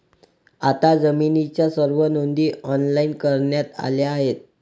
आता जमिनीच्या सर्व नोंदी ऑनलाइन करण्यात आल्या आहेत